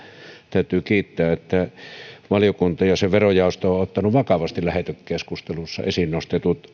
täytyy kiittää että valiokunta ja sen verojaosto ovat ottaneet vakavasti lähetekeskustelussa esiin nostetut